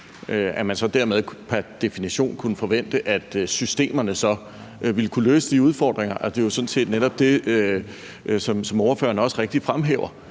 organ, dermed pr. definition kunne forvente, at systemerne så ville kunne løse de udfordringer. Det er jo sådan set netop det, ordføreren rigtigt fremhæver.